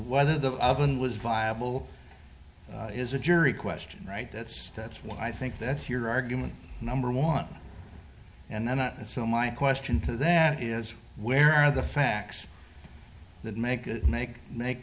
whether the oven was viable is a jury question right that's that's what i think that's your argument number one and so my question to that is where are the facts that make make make